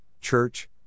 church